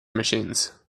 machines